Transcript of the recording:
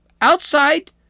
Outside